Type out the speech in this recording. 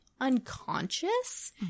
unconscious